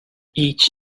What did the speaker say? each